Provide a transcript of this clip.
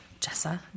Jessa